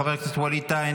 חבר הכנסת ווליד טאהא,